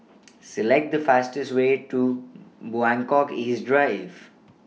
Select The fastest Way to Buangkok East Drive